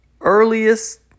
earliest